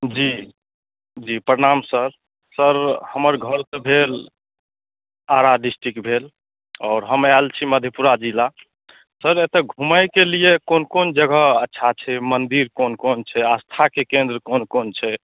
जी जी प्रणाम sir sir हमर घर तऽ भेल आरा डिस्ट्रिक्ट भेल आओर हम आएल छी मधेपुरा जिला सर एतए घुमैके लिए कोन कोन जगह अच्छा छै मन्दिर कोन कोन छै आस्थाके केन्द्र कोन कोन छै